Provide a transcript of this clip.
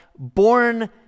Born